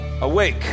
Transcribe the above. Awake